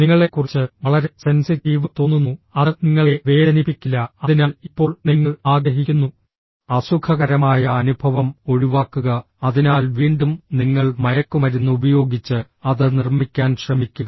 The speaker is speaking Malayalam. നിങ്ങളെക്കുറിച്ച് വളരെ സെൻസിറ്റീവ് തോന്നുന്നു അത് നിങ്ങളെ വേദനിപ്പിക്കില്ല അതിനാൽ ഇപ്പോൾ നിങ്ങൾ ആഗ്രഹിക്കുന്നു അസുഖകരമായ അനുഭവം ഒഴിവാക്കുക അതിനാൽ വീണ്ടും നിങ്ങൾ മയക്കുമരുന്ന് ഉപയോഗിച്ച് അത് നിർമ്മിക്കാൻ ശ്രമിക്കുക